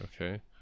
okay